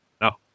no